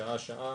שעה שעה,